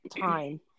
time